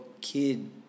kid